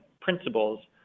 principles